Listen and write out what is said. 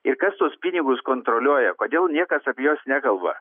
ir kas tuos pinigus kontroliuoja kodėl niekas apie juos nekalba